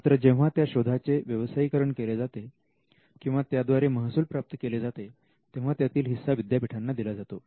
मात्र जेव्हा त्या शोधांचे व्यवसायीकरण केले जाते किंवा त्याद्वारे महसूल प्राप्त केले जाते तेव्हा त्यातील हिस्सा विद्यापीठांना दिला जातो